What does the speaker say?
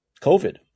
COVID